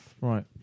Right